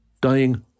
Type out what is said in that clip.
dying